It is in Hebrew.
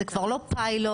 זה כבר לא פיילוט,